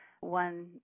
One